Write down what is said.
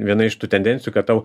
viena iš tų tendencijų kad tau